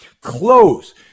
Close